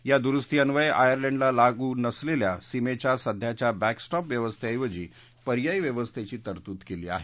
या दुरुस्तीअन्वये आयर्लंडला लागू नसलेल्या सीमेच्या सध्याच्या बॅकस्टॉप व्यवस्थेऐवजी पर्यायी व्यवस्थेची तरतूद केली आहे